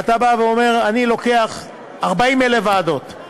ואתה בא ואומר: אני לוקח 40,000 ועדות,